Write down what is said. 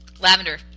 Lavender